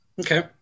Okay